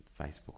Facebook